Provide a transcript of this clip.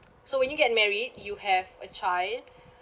so when you get married you have a child